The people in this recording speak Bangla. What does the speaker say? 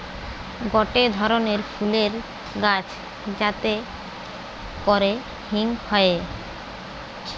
গটে ধরণের ফুলের গাছ যাতে করে হিং হয়ে